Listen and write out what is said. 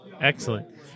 Excellent